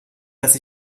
dass